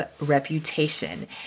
reputation